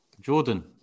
Jordan